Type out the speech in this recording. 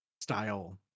style